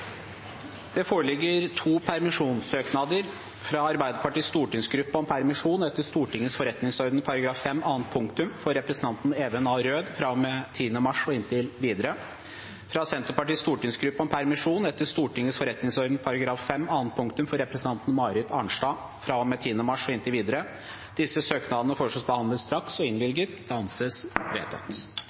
Det foreligger to permisjonssøknader: fra Arbeiderpartiets stortingsgruppe om permisjon etter Stortingets forretningsorden § 5 annet punktum for representanten Even A. Røed fra og med 10. mars og inntil videre fra Senterpartiets stortingsgruppe om permisjon etter Stortingets forretningsorden § 5 annet punktum for representanten Marit Arnstad fra og med 10. mars og inntil videre Disse søknader foreslås behandlet straks og innvilget. – Det anses vedtatt.